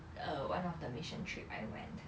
uh one of the mission trip I went